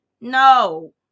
No